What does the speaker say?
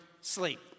sleep